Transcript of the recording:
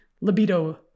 libido